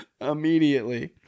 immediately